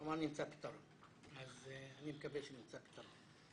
אמר, נמצא פתרון, אז אני מקווה שנמצא פתרון.